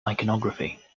iconography